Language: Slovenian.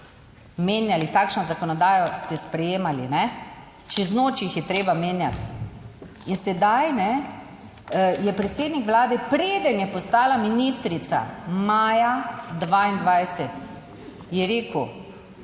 menjali, takšno zakonodajo ste sprejemali, čez noč jih je treba menjati. In sedaj, kajne, je predsednik Vlade, preden je postala ministrica maja 2022, je rekel,